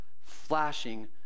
flashing